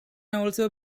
also